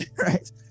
right